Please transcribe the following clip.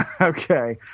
Okay